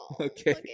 Okay